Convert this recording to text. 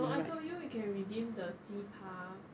no I told you you can redeem the 鸡扒